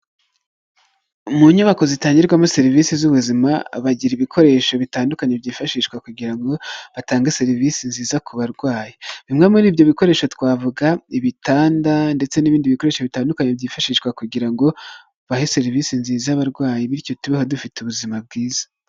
Mu nyubako zitangirwamo serivisi z'ubuzima, bagira ibikoresho bitandukanye byifashishwa kugira ngo batange serivisi nziza ku barwayi. Bimwe muri ibyo bikoresho twavuga ibitanda ndetse n'ibindi bikoresho bitandukanye byifashishwa kugira ngo bahe serivisi nziza abarwayi, bityo tubeho dufite ubuzima bwiza.